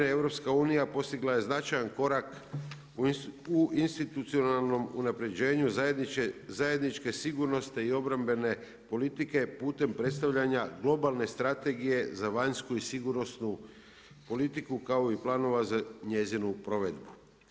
EU postigla je značajan korak u institucionalnom unapređenju zajedničke sigurnosne i obrambene politike putem predstavljanja globalne strategije za vanjsku i sigurnosnu politiku kao i planova za njezinu provedbu.